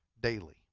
daily